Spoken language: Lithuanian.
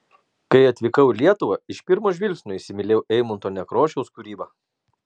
kai atvykau į lietuvą iš pirmo žvilgsnio įsimylėjau eimunto nekrošiaus kūrybą